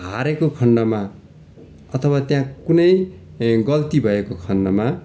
हारेको खण्डमा अथवा त्यहाँ कुनै गल्ती भएको खण्डमा